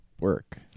work